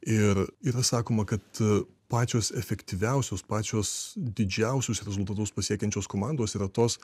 ir yra sakoma kad pačios efektyviausios pačios didžiausius rezultatus pasiekiančios komandos yra tos